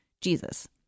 Jesus